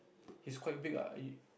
he's quite big ah he